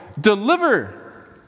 deliver